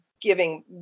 giving